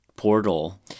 portal